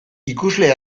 ikusle